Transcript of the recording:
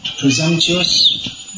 presumptuous